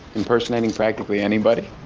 impersonating practically anybody.